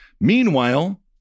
Meanwhile